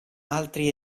altri